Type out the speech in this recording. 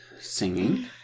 singing